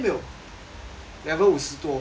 level 五十多